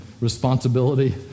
responsibility